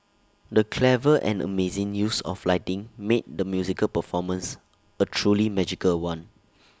the clever and amazing use of lighting made the musical performance A truly magical one